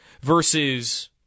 Versus